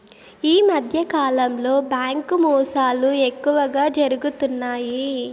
ఈ మధ్యకాలంలో బ్యాంకు మోసాలు ఎక్కువగా జరుగుతున్నాయి